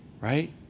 right